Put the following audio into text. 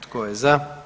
Tko je za?